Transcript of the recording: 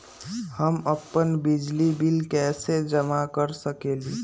हम अपन बिजली बिल कैसे जमा कर सकेली?